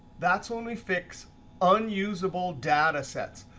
that's when we fix unusable data sets.